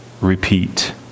repeat